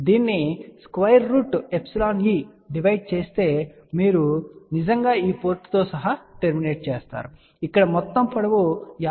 దీనిని ϵe divide చేస్తే మరియు మీరు నిజంగా ఈ పోర్టుతో సహా టర్మినేట్ చేస్తారు ఇక్కడ మొత్తం పొడవు 57